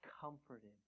comforted